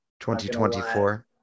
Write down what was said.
2024